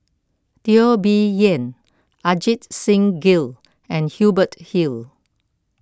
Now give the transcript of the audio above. Teo Bee Yen Ajit Singh Gill and Hubert Hill